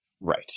Right